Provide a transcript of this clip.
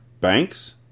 Banks